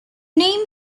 name